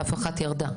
ת' אחת תרד.